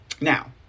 Now